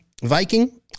Viking